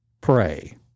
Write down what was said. Pray